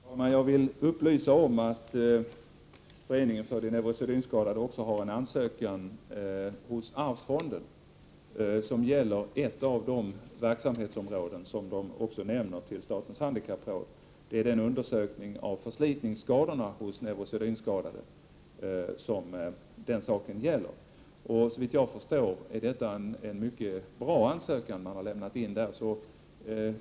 Herr talman! Jag vill upplysa om att även de neurosedynskadades förening har en ansökan hos arvsfonden som gäller ett av de verksamhetsområden som man också nämner i sin ansökan till statens handikappråd. Det gäller undersökningen av förslitningsskadorna hos neurosedynskadade. Såvitt jag förstår är det en mycket bra ansökan man där har lämnat in.